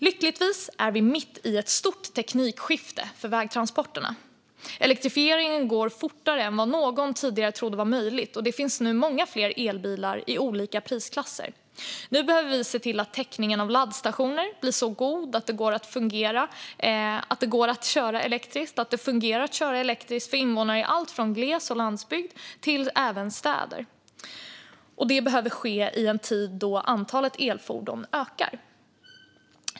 Lyckligtvis är vi mitt i ett stort teknikskifte för vägtransporterna. Elektrifieringen går fortare än någon tidigare trodde var möjligt, och det finns nu många fler elbilar i olika prisklasser. Nu behöver vi se till att täckningen med laddstationer blir så god att det fungerar att köra elektriskt för invånare i alltifrån gles och landsbygd till städer, och det behöver ske i en tid då antalet elfordon ökar.